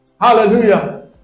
Hallelujah